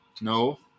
no